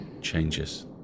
changes